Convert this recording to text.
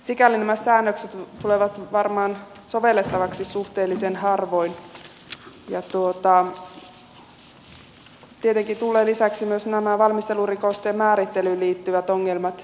sikäli nämä säännökset tulevat varmaan sovellettaviksi suhteellisen harvoin ja tietenkin tulevat lisäksi myös nämä valmistelurikosten määrittelyyn liittyvät ongelmat